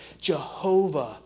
Jehovah